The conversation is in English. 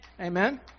Amen